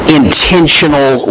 intentional